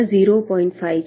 5 છે